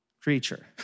creature